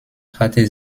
hatte